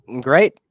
Great